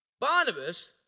Barnabas